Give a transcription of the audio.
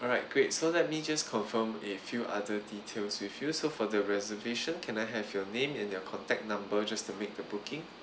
alright great so let me just confirm a few other details with you so for the reservation can I have your name and your contact number just to make the booking